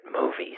movies